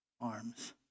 arms